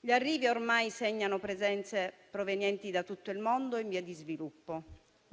Gli arrivi ormai segnano presenze provenienti da tutto il mondo in via di sviluppo,